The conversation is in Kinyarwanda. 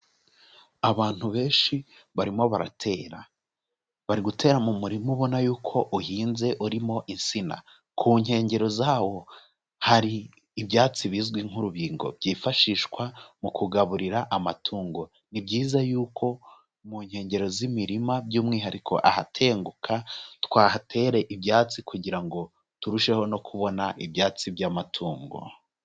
Abantu benshi barimo baratera, bari gutera mu murima ubona yuko uhinze urimo insina, ku nkengero zawo hari ibyatsi bizwi nk'urubingo, byifashishwa mu kugaburira amatungo, ni byiza yuko mu nkengero z'imirima by'umwihariko ahatenguka twahatere ibyatsi, kugira ngo turusheho no kubona ibyatsi by'amatungo.